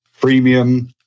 premium